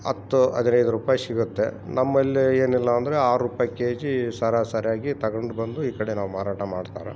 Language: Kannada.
ಹತ್ತು ಹದಿನೈದು ರೂಪೈ ಸಿಗತ್ತೆ ನಮ್ಮಲ್ಲಿ ಏನಿಲ್ಲ ಅಂದರೆ ಆರು ರೂಪೈ ಕೆಜೀ ಸರಾ ಸರಿಯಾಗಿ ತಗೊಂಡ್ ಬಂದು ಈ ಕಡೆ ನಾವು ಮಾರಾಟ ಮಾಡ್ತಾರೆ